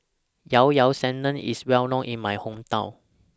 Llao Llao Sanum IS Well known in My Hometown